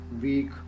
week